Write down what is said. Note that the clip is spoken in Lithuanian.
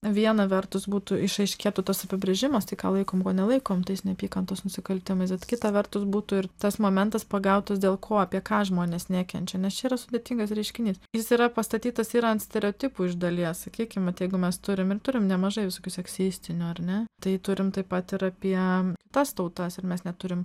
viena vertus būtų išaiškėtų tas apibrėžimas tai ką laikom ko nelaikom tais neapykantos nusikaltimais bet kita vertus būtų ir tas momentas pagautas dėl ko apie ką žmonės nekenčia nes čia yra sudėtingas reiškinys jis yra pastatytas ir ant stereotipų iš dalies sakykime tai jeigu mes turim ir turim nemažai visokių seksistinių ar ne tai turim taip pat ir apie tas tautas ir mes neturim